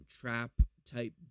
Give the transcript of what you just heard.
trap-type